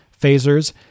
phasers